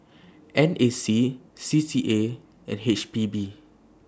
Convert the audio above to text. N A C C C A and H P B